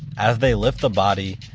as they lift the body,